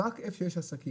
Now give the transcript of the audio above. רק איפה שיש עסקים,